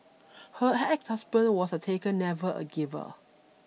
her ex husband was a taker never a giver